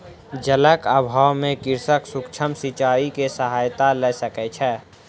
जलक अभाव में कृषक सूक्ष्म सिचाई के सहायता लय सकै छै